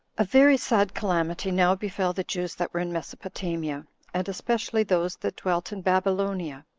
a very sad calamity now befell the jews that were in mesopotamia, and especially those that dwelt in babylonia.